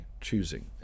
choosing